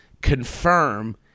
confirm